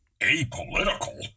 apolitical